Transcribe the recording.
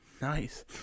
Nice